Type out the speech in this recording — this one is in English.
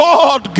God